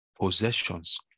possessions